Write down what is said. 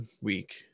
week